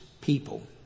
people